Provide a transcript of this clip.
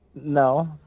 No